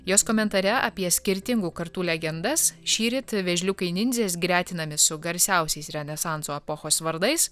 jos komentare apie skirtingų kartų legendas šįryt vėžliukai ninzės gretinami su garsiausiais renesanso epochos vardais